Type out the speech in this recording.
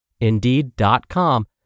Indeed.com